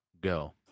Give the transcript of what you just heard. go